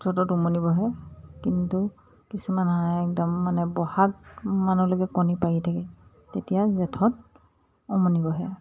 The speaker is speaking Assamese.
জেঠত উমনি বহে কিন্তু কিছুমান হাঁহে একদম মানে বহাগ মানলৈকে কণী পাৰি থাকে তেতিয়া জেঠত উমনি বহে